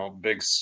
Big